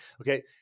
Okay